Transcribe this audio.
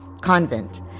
convent